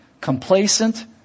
complacent